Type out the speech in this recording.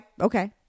okay